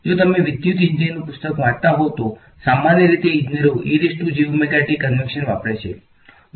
જો તમે વિદ્યુત ઇજનેરીનું પુસ્તક વાંચતા હોવ તો સામાન્ય રીતે વિદ્યુત ઇજનેરો કંવેંન્શન વાપરે છે